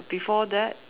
before that